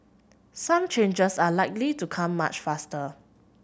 some changes are likely to come much faster